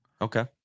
Okay